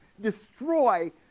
destroy